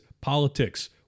politics